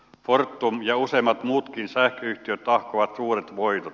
fortum ja useimmat muutkin sähköyhtiöt tahkovat suuret voitot